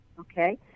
Okay